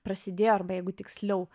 prasidėjo arba jeigu tiksliau